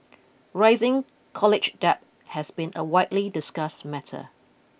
rising college debt has been a widely discussed matter